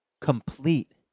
complete